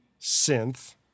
synth